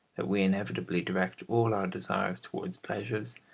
that we inevitably direct all our desires towards pleasures,